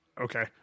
Okay